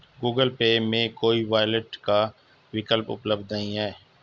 Google Pay में कोई wallet का विकल्प उपलब्ध नहीं है